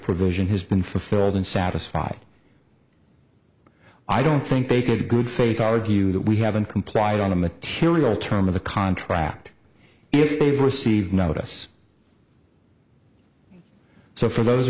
provision has been fulfilled and satisfied i don't think they could good faith argue that we haven't complied on a material term of the contract if they've received notice so for those